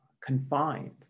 confined